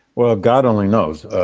well, god only knows.